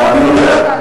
אני יודע,